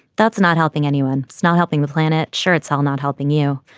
that's not helping anyone. not helping the planet. sure. it's hell not helping you.